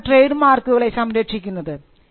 എന്തിനാണ് ട്രേഡ് മാർക്കുകളെ സംരക്ഷിക്കുന്നത്